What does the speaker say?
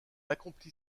accomplit